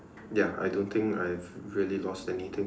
ya I don't think I have really lost anything